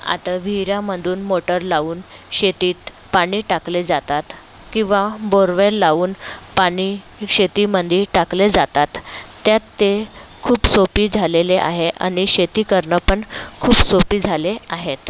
आता विहिऱ्यामधून मोटर लावून शेतीत पाणी टाकले जातात किंवा बोरवेल लावून पाणी शेतीमंदी टाकले जातात त्यात ते खूप सोपी झालेले आहे आणि शेती करणं पण खूप सोपी झाले आहेत